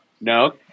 No